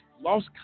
lost